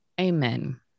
Amen